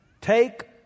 take